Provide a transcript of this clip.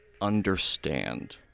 understand